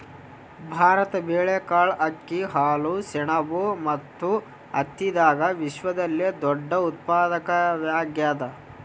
ಭಾರತ ಬೇಳೆಕಾಳ್, ಅಕ್ಕಿ, ಹಾಲು, ಸೆಣಬು ಮತ್ತು ಹತ್ತಿದಾಗ ವಿಶ್ವದಲ್ಲೆ ದೊಡ್ಡ ಉತ್ಪಾದಕವಾಗ್ಯಾದ